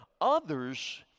Others